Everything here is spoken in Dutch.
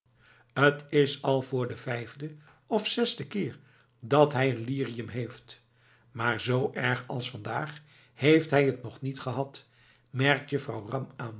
t is al voor den vijfden of zesden keer dat hij lirium heeft maar zoo erg als vandaag heeft hij t nog niet gehad merkt juffrouw ram aan